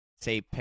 say